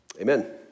amen